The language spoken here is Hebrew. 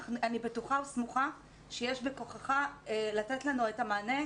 אני בטוחה וסמוכה שיש בכוחך לתת לנו את המענה,